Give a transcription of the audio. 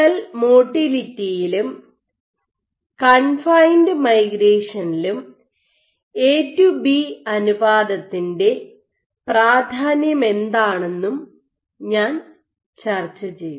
cell മോട്ടിലിറ്റിയിലും confined മൈഗ്രേഷനിലും A to B അനുപാതത്തിൻ്റെ പ്രാധാന്യമെന്താണെന്നും ഞാൻ ചർച്ചചെയ്തു